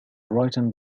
written